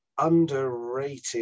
underrated